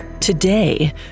Today